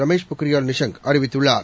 ரமேஷ் பொக்ரியால் நிஷாங்க் அறிவித்துள்ளார்